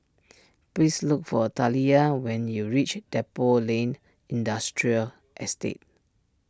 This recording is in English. please look for Taliyah when you reach Depot Lane Industrial Estate